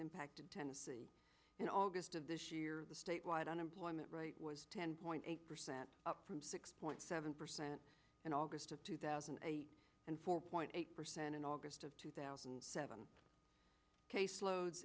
impacted tennessee in august of this year the statewide unemployment rate was ten point eight percent from six point seven percent in august of two thousand and four point eight percent in august of two thousand and seven case loads